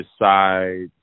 decide